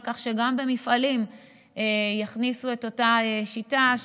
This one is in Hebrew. כך שגם במפעלים יכניסו את אותה שיטה,